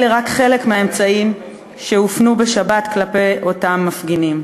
אלה רק חלק מהאמצעים שהופנו בשבת כלפי אותם מפגינים.